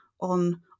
on